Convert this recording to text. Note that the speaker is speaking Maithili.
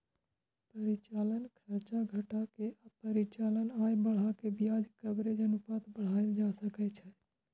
परिचालन खर्च घटा के आ परिचालन आय बढ़ा कें ब्याज कवरेज अनुपात बढ़ाएल जा सकै छै